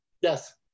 Yes